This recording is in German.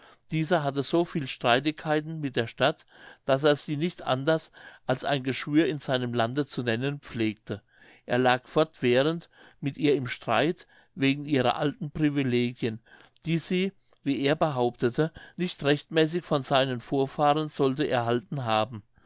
dieser hatte so viel streitigkeiten mit der stadt daß er sie nicht anders als ein geschwür in seinem lande zu nennen pflegte er lag fortwährend mit ihr im streit wegen ihrer alten privilegien die sie wie er behauptete nicht rechtmäßig von seinen vorfahren sollte erhalten haben